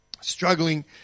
struggling